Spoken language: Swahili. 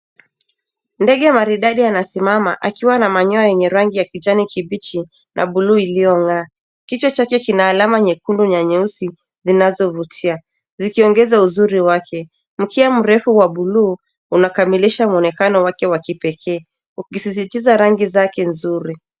Ndege maridadi anasimama akiwa na manyoa yenye rangi ya kijani kibichi na bluu iliyong'aa. Kichwa chake kina alama nyekundu na nyeusi zinazovutia zikiongeza uzuri wake. Mkia mrefu wa bluu unakamilisha muonekano wake wa kipekee ukisisitiza rangi zake nzuri.